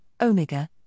Omega